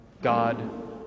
God